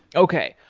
okay,